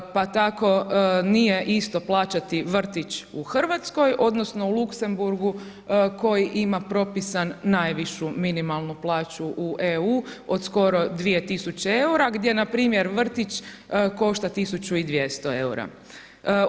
Pa tako nije isto plaćati vrtić u Hrvatskoj odnosno u Luksemburg-u koji ima propisan najvišu minimalnu plaću u EU od skoro 2000 EUR-a, gdje na primjer vrtić košta 1200 EUR-a.